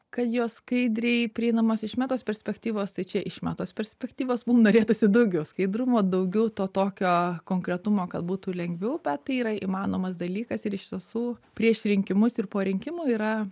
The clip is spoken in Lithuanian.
kad jos skaidriai prieinamos iš metos perspektyvos tai čia iš metos perspektyvos mum norėtųsi daugiau skaidrumo daugiau to tokio konkretumo kad būtų lengviau bet tai yra įmanomas dalykas ir iš tiesų prieš rinkimus ir po rinkimų yra